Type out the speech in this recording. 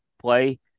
play